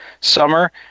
summer